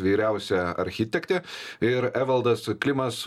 vyriausia architektė ir evaldas klimas